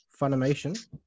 Funimation